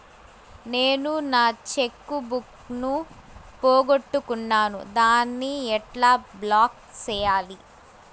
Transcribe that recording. నేను నా cheque book ను పోగొట్టుకున్నాను దాన్ని ఎట్లా బ్లాక్ సేయాలి?